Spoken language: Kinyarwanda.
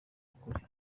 ukuri